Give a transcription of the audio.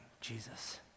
Jesus